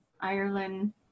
Ireland